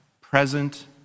present